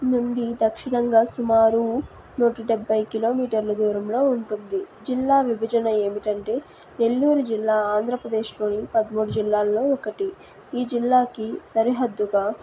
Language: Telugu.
నుండి దక్షిణంగా సుమారు నూట డెబ్భై కిలోమీటర్ల దూరంలో ఉంటుంది జిల్లా విభజన ఏమిటంటే నెల్లూరు జిల్లా ఆంధ్రప్రదేశ్లోని పదమూడు జిల్లాల్లో ఒకటి ఈ జిల్లాకి సరిహద్దుగా